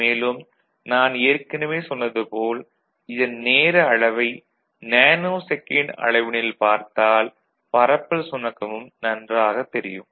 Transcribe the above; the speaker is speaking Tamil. மேலும் நான் ஏற்கனவே சொன்னது போல் இதன் நேர அளவை நேநோ செகண்ட் அளவினில் பார்த்தால் பரப்பல் சுணக்கமும் நன்றாகத் தெரியும்